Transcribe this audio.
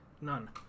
None